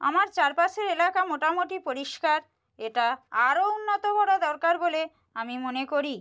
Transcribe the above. আমার চারপাশের এলাকা মোটামুটি পরিষ্কার এটা আরও উন্নত করা দরকার বলে আমি মনে করি